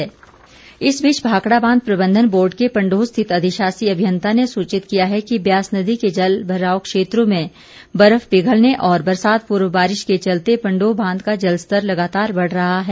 चेतावनी इस बीच भाखड़ा बांध प्रबंधन बोर्ड के पंडोह रिथित अधिशासी अभियंता ने सूचित किया है कि ब्यास नदी के जलभराव क्षेत्रों में बर्फ पिघलने और बरसात पूर्व बारिश के चलते पंडोह बांध का जलस्तर लगातार बढ़ रहा है